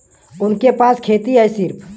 उनके पास खेती हैं सिर्फ